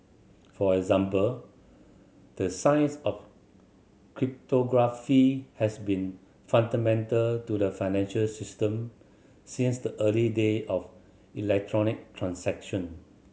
for example the science of cryptography has been fundamental to the financial system since the early day of electronic transaction